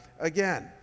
again